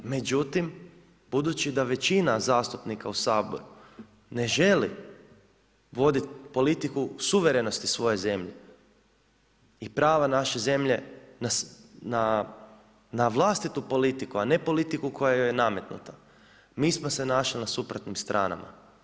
Međutim, budući da većina zastupnika u Saboru ne želi voditi politiku suverenosti svoje zemlje i prava naše zemlje na vlastitu politiku, a ne politiku koja joj je nametnuta mi smo se našli na suprotnim stranama.